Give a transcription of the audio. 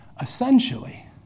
Essentially